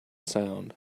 sound